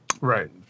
Right